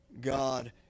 God